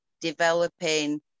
developing